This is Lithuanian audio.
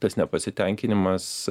tas nepasitenkinimas